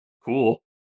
Cool